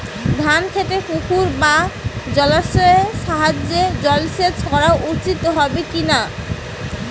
ধান খেতে পুকুর বা জলাশয়ের সাহায্যে জলসেচ করা উচিৎ হবে কি?